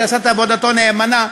שעשה את עבודתו נאמנה,